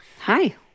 Hi